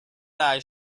eyes